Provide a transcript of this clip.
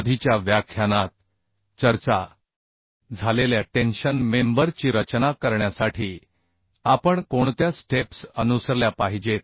आधीच्या व्याख्यानात चर्चा झालेल्या टेन्शन मेंबर ची रचना करण्यासाठी आपण कोणत्या स्टेप्स अनुसरल्या पाहिजेत